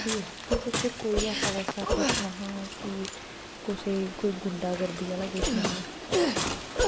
ठीक ऐ ते एह्दे च कोई ऐसा वैसा किश निं हा कुसै गी कोई गुंडागर्दी आह्ला किश निहां